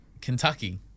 Kentucky